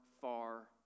far